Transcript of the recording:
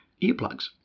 earplugs